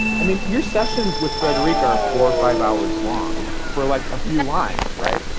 i mean, your sessions with frederik are for five hours long for like a few lines. right?